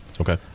Okay